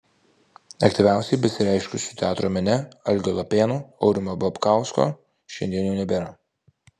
aktyviausiai besireiškusių teatro mene algio lapėno aurimo babkausko šiandien jau nebėra